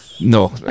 no